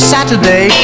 Saturday